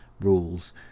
rules